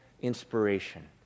inspiration